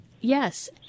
Yes